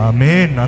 Amen